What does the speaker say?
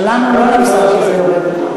לנו לא נמסר שזה יורד.